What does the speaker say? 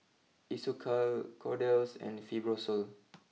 Isocal Kordel's and Fibrosol